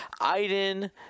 Iden